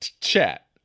chat